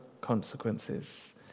consequences